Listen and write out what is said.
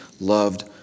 loved